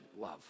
love